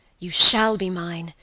you shall be mine,